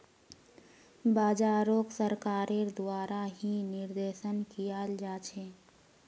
बाजारोक सरकारेर द्वारा ही निर्देशन कियाल जा छे